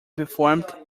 performed